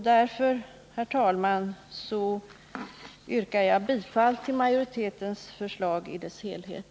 Därför, herr talman, yrkar jag bifall till majoritetens förslag i dess helhet.